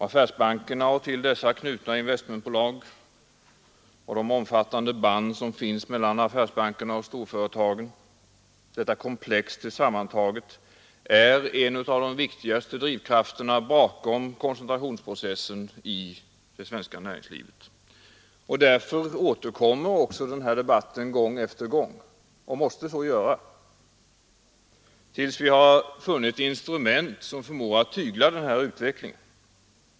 Affärsbankerna och till dessa knutna investmentbolag samt de omfattande band som finns mellan affärsbankerna och storföretagen — detta komplex tillsammantaget — är en av de viktigaste drivkrafterna bakom koncentrationsprocessen i det svenska näringslivet. Därför återkommer också denna debatt gång på gång och måste så göra, till dess vi har funnit instrument som förmår tygla denna utveckling.